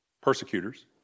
persecutors